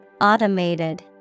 Automated